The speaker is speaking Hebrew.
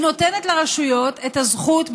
היא נותנת לרשויות את הזכות,